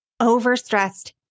overstressed